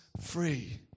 free